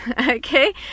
okay